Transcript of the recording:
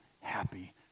happy